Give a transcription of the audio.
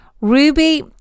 Ruby